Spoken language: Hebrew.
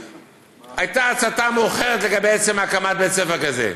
הייתה הצתה מאוחרת לגבי עצם הקמת בית ספר כזה.